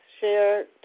share